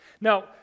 Now